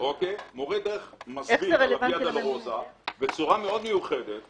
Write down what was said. מורה דרך מסביר על הויה דולורוזה בצורה מיוחדת מאוד,